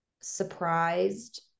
surprised